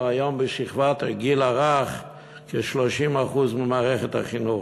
היום בשכבת הגיל הרך כ-30% ממערכת החינוך?